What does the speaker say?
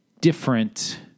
different